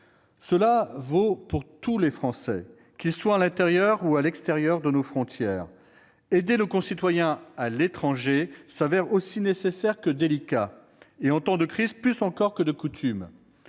Cela vaut pour tous les Français, qu'ils soient à l'intérieur ou à l'extérieur de nos frontières. Aider nos concitoyens à l'étranger s'avère aussi nécessaire que délicat, en temps de crise plus encore que de coutume.